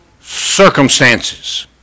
circumstances